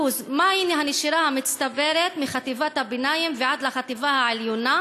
אחוז: מהי הנשירה המצטברת מחטיבת הביניים ועד לחטיבה העליונה,